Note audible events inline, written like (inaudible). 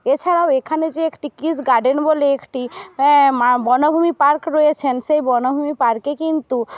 এছাড়াও এখানে যে একটি কিস গার্ডেন বলে একটি (unintelligible) বনভূমি পার্ক রয়েছেন সেই বনভূমি পার্কে কিন্তু